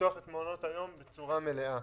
לפתוח את מעונות היום בצורה מלאה,